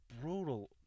Brutal